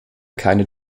keine